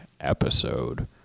episode